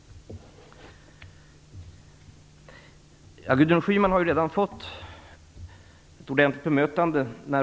Gudrun Schyman har redan fått ett ordentligt bemötande.